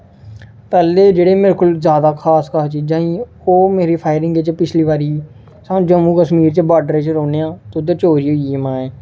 पैह्लें जेह्डे़ मेरे कोल जादा खास खास चीजां हियां ओह् मेरी फायरिंग च पिछली बारी सानूं जम्मू कशमीर च बॉर्डरै च रौहन्ने आं ते उद्धर चोरी होई गेई माए